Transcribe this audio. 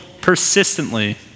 persistently